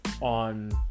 on